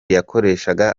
yakoreshaga